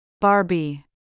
Barbie